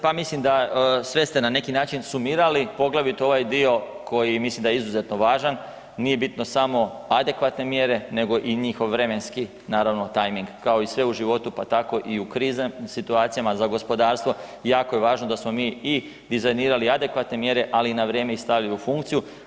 Pa mislim da sve ste na neki način sumirali, poglavito ovaj dio koji mislim da je izuzetno važan, nije bitno samo adekvatne mjere nego i njihov vremenski tajming, kao i sve u životu pa tako i u kriznim situacijama za gospodarstvo jako je važno i dizajnirali adekvatne mjere, ali ih i na vrijeme stavili u funkciju.